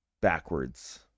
backwards